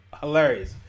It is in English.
hilarious